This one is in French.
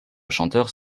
chanteurs